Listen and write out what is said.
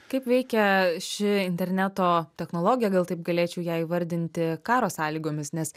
kaip veikia ši interneto technologija gal taip galėčiau ją įvardinti karo sąlygomis nes